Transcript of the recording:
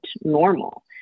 normal